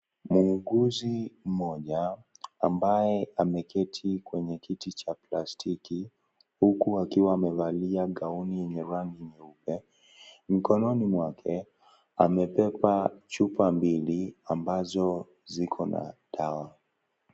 Muuguzi mmoja, ambaye ameketi kwenye kiti cha plasitki, huku akiwa amevalia gauni yenye rangi nyeupe. Mkononi mwake, amebeba chupa mbili, ambazo ziko na dawa.